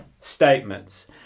statements